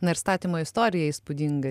na ir statymo istorija įspūdinga